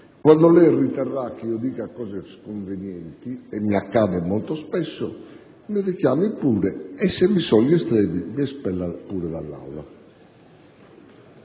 Quando lei riterrà che io dica cose sconvenienti (e mi accade molto spesso), mi richiami pure e se vi sono gli estremi mi espella pure dall'Aula.